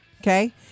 Okay